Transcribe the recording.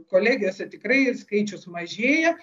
kolegijose tikrai skaičius mažėja